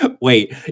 Wait